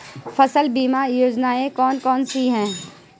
फसल बीमा योजनाएँ कौन कौनसी हैं?